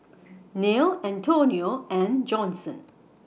Nelle Antonio and Johnson